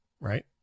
right